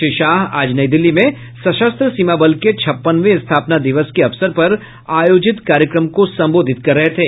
श्री शाह आज नई दिल्ली में सशस्त्र सीमा बल के छप्पनवें स्थापना दिवस के अवसर पर आयोजित कार्यक्रम को संबोधित कर रहे थे